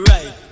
Right